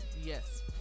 Yes